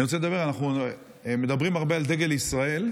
אני רוצה לדבר, אנחנו מדברים הרבה על דגל ישראל,